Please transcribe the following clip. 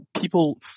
People